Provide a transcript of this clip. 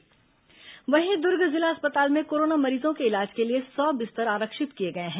corona अस्पताल वहीं दुर्ग जिला अस्पताल में कोरोना मरीजों के इलाज के लिए सौ बिस्तर आरक्षित किए गए हैं